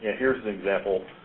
here's the example